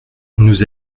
nous